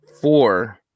Four